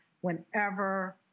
whenever